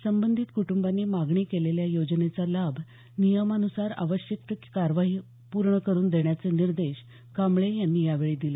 संबंधित कुटुंबांनी मागणी केलेल्या योजनेचा लाभ नियमान्सार आवश्यक ती कार्यवाही पूर्ण करून देण्याचे निर्देश कांबळे यांनी यावेळी दिले